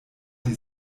die